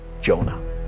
Jonah